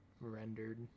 rendered